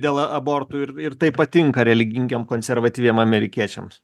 dėl abortų ir tai patinka religingiem konservatyviems amerikiečiams